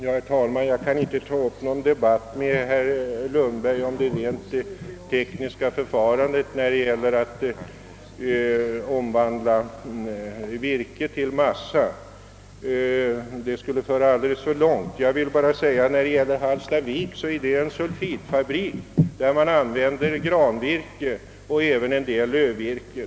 Herr talman! Jag skall inte här ta upp någon debatt med herr Lundberg om det rent tekniska förfarandet när det gäller att omvandla virke till massa; det skulle föra alldeles för långt. Men jag vill framhålla att Hallstavik är en sulfitfabrik där man använder granvirke och även en del lövvirke.